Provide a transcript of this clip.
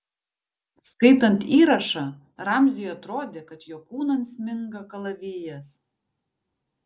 skaitant įrašą ramziui atrodė kad jo kūnan sminga kalavijas